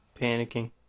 Panicking